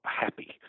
happy